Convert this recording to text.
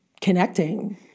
connecting